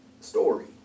story